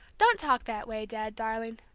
don't talk that way, dad darling!